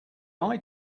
eye